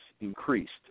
increased